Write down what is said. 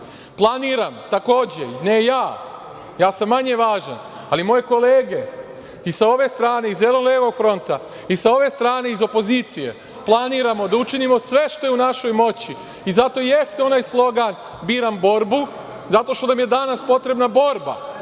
danas. Planiram, takođe, ne ja, ja sam manje važan, ali moje kolege i sa ove strane, iz Zeleno-levog fronta, i sa ove strane iz opozicije, da učinimo sve što je u našoj moći. Zato i jeste onaj slogan „Biram borbu“, zato što nam je danas potrebna borba.